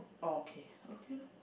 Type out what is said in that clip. okay okay lor